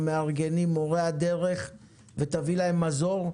המארגנים ומורי הדרך ותביא להם מזור.